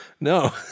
No